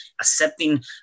accepting